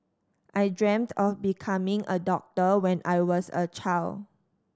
I dreamt of becoming a doctor when I was a child